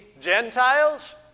Gentiles